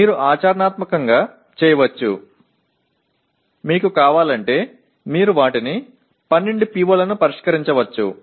మీరు ఆచరణాత్మకంగా చేయవచ్చు మీకు కావాలంటే మీరు వాటిని 12 PO లను పరిష్కరించవచ్చు